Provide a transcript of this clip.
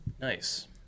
Nice